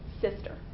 sister